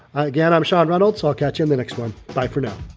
again. i'm sean reynolds. i'll catch you in the next one. bye for now.